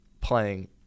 playing